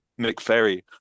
McFerry